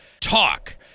talk